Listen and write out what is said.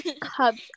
cups